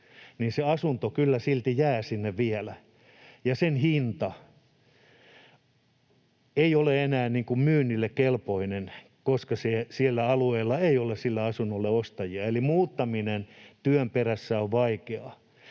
niin asunto kyllä silti jää sinne vielä ja sen hinta ei ole enää myyntikelpoinen, koska sillä alueella ei ole sille asunnolle ostajia. Kun muuttaminen työn perässä on vaikeaa,